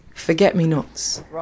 forget-me-nots